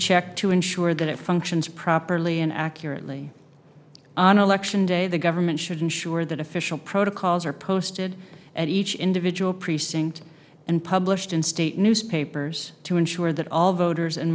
checked to ensure that it functions properly and accurately on election day the government should ensure that official protocols are posted at each individual precinct and published in state newspapers to ensure that all voters and